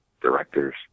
directors